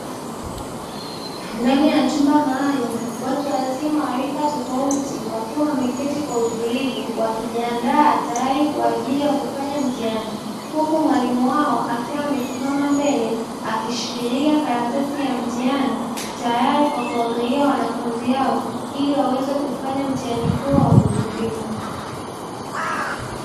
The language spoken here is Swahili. Ndani ya chumba maalumu, watu wazima wa rika tofauti, wakiwa wameketi kwa utulivu wakijiandaa tayali kwa ajili ya kufanya mtihani, huku mwalimu wao akiwa amesimama mbele, akishikilia karatasi ya mtihani tayali kwa kuwagawia wanafunzi hao ili waweze kufanya mtihani huo wa kujipima.